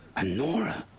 a nora.